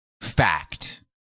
fact